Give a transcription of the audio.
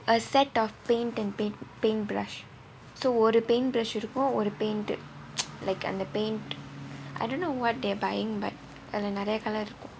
a set of paint and paintbrush so ஒரு:oru paint brush இருக்கும் ஒரு:irukkum oru paint like அந்த:antha paint I don't know what they are buying but நிறைய:niraiya colour இருக்கு:irukku